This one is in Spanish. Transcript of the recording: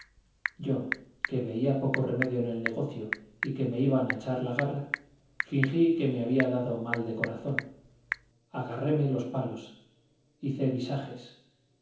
yo que veía poco remedio en el negocio y que me iban a echar la garra fingí que me había dado mal de corazón agarréme a los palos hice visajes